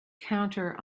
counter